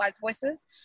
voices